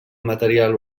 material